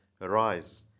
Arise